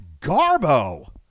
garbo